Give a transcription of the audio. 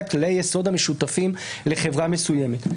את כללי היסוד המשותפים לחברה מסוימת.